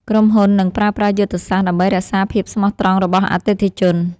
ក្រុមហ៊ុននឹងប្រើប្រាស់យុទ្ធសាស្ត្រ ដើម្បីរក្សាភាពស្មោះត្រង់របស់អតិថិជន។